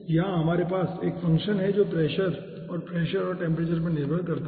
यहां हमारे पास एक फ़ंक्शन हैं जो प्रेशर है और प्रेशर और टेम्परेचर पर निर्भर है